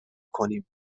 کنیم